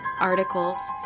articles